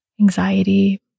anxiety